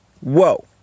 whoa